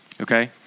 okay